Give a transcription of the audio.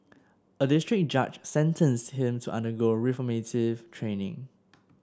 a district judge sentenced him to undergo reformative training